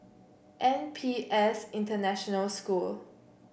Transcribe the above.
N P S International School